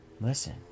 Listen